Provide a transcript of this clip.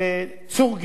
גם הוא ממס הכנסה.